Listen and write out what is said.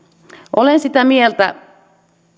olen sitä mieltä